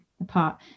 apart